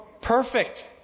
Perfect